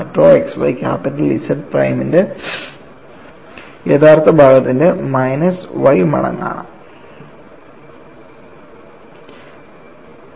tau xy capital Z പ്രൈമിന്റെ യഥാർത്ഥ ഭാഗത്തിന്റെ മൈനസ് y മടങ്ങ് ആണ്